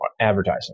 advertising